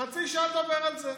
חצי שעה גם לדבר על זה.